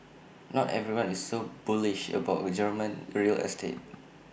not everyone is so bullish about German real estate